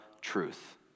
truth